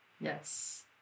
Yes